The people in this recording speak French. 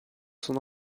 son